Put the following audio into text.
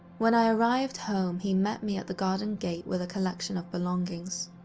when i arrived home he met me at the garden gate with a collection of belongings.